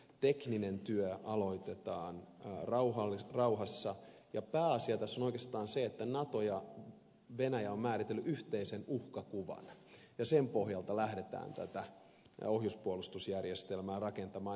tekninen työ aloitetaan rauhassa ja pääasia tässä on oikeastaan se että nato ja venäjä ovat määritelleet yhteisen uhkakuvan ja sen pohjalta lähdetään tätä ohjuspuolustusjärjestelmää rakentamaan